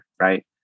right